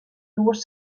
dues